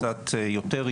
קצת יותר,